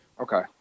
okay